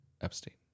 Epstein